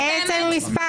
הצבעה לא אושרו.